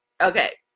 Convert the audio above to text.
Okay